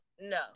No